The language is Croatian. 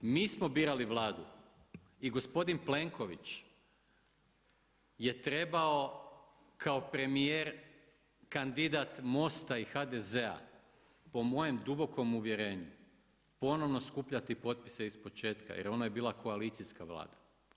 Mi smo birali Vladu i gospodin Plenković je trebao kao premijer, kandidat MOST-a i HDZ-a po mojem dubokom uvjerenju ponovno skupljati potpise ispočetka jer ono je bila koalicijska Vlada.